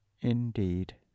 Indeed